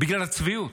בגלל הצביעות,